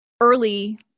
early